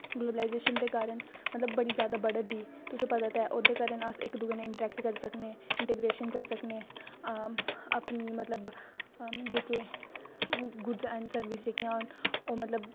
globalisation दे कारन मतलव बड़ी जादा बड़ा दी ओह्दै कारन तुसेंगी पता ते है अस इक दुऐ नै इंट्रैक्ट करी सकने इंटिग्रेशन करी सकने अपनी मतलव जेह्के गुड़स ऐंड़ सर्बिस जेह्ड़ियां हैन